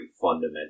fundamental